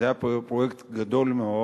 זה היה פרויקט גדול מאוד,